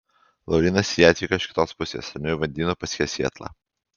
laurynas į ją atvyko iš kitos pusės ramiuoju vandenynu pasiekė sietlą